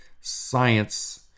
science